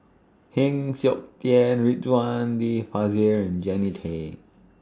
Heng Siok Tian Ridzwan Dzafir and Jannie Tay